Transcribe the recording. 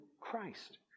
Christ